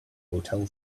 hotel